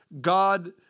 God